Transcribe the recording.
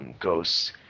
Ghosts –